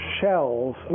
shells